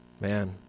Man